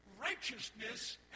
righteousness